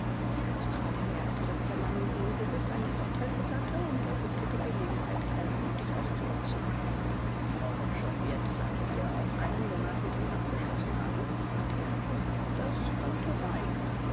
der australier merkte daß der mann ungewiß einen vorteil witterte und er suchte die gelegenheit kaltblütig auszunutzen frau wutschow wird sagen wir auf einen monat mit ihnen abgeschlossen haben fragte er das könnte sein